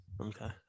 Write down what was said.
Okay